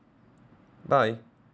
bye